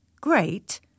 Great